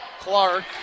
Clark